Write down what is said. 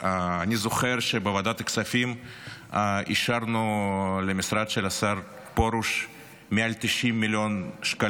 אני זוכר שבוועדת הכספים אישרנו למשרד של השר פרוש מעל 90 מיליון שקלים